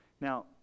now